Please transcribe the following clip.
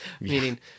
meaning